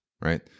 right